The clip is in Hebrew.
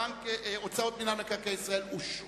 הוצאות מינהל מקרקעי ישראל ל-2009 אושרו.